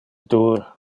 dur